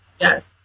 Yes